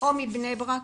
או מבני ברק.